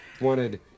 Wanted